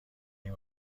این